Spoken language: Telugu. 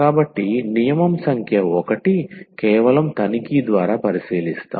కాబట్టి నియమం సంఖ్య 1 కేవలం తనిఖీ ద్వారా పరిశీలిస్తాము